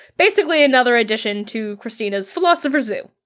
basically another addition to kristina's philosopher zoo.